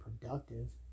productive